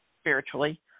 spiritually